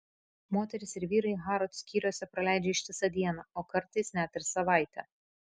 moterys ir vyrai harrods skyriuose praleidžia ištisą dieną o kartais net ir savaitę